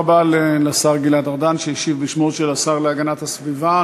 תודה רבה לשר גלעד ארדן שהשיב בשמו של השר להגנת הסביבה.